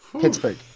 Pittsburgh